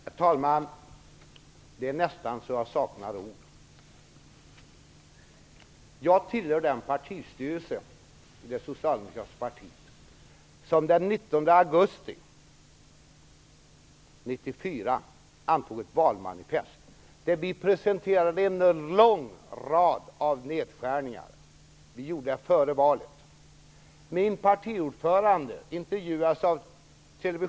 Herr talman! Det är nästan så att jag saknar ord. Jag tillhör den partistyrelse som den 19 augusti 1994 antog ett valmanifest där en lång rad nedskärningar presenterades. Vi socialdemokrater gjorde detta före valet. Min partiordförande intervjuades av TV.